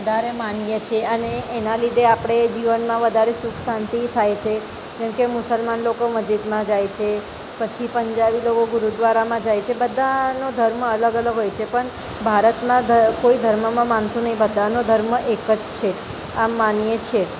વધારે માનીયે છે એના લીધે આપણે જીવનમાં વધારે સુખશાંતિ થાય છે જેમકે મુસલમાન લોકો મસ્જિદમાં જાય છે પછી પંજાબી લોકો ગુરુદ્વારામાં જાય છે બધાનો ધર્મ અલગ અલગ હોય છે પણ ભારતમાં કોઈ ધર્મમાં માનતું નથી બધાનો ધર્મ એક જ છે આમ માનીયે છે